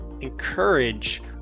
encourage